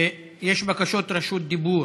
יש בקשות רשות דיבור.